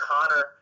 Connor